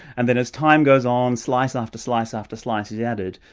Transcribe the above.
and then as time goes on, slice after slice, after slice is added,